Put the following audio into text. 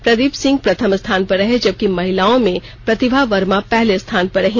प्रदीप सिंह प्रथम स्थान पर रहे जबकि महिलाओं में प्रतिभा वर्मा पहले स्थान पर रहीं